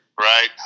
Right